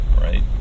right